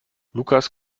lukas